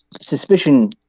suspicion